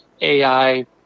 AI